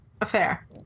affair